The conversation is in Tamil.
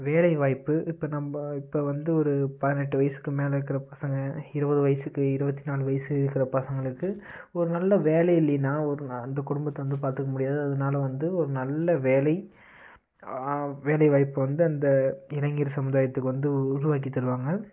வேலை வாய்ப்பு இப்போ நம்ம இப்போ வந்து ஒரு பதினெட்டு வயதுக்கு மேல் இருக்கிற பசங்க இருபது வயதுக்கு இருபத்தி நாலு வயது இருக்கிற பசங்களுக்கு ஒரு நல்ல வேலை இல்லைன்னா ஒரு நா அந்த குடும்பத்தை வந்து பார்த்துக்க முடியாது அதனால் வந்து ஒரு நல்ல வேலை வேலை வாய்ப்பு வந்து அந்த இளைஞர் சமுதாயத்துக்கு வந்து உருவாக்கி தருவாங்க